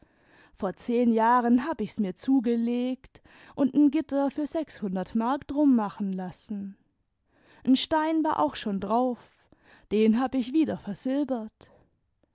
vor zehn jahren hab ich's mir zugelegt und n gitter für sechshundert mark drum machen lassen n stein war auch schon drauf den hab ich wieder versilbert